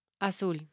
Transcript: Azul